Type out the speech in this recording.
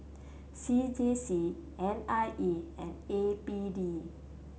C J C N I E and A B D